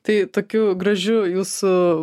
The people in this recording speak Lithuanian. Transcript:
tai tokiu gražiu jūsų